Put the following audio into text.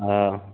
हँ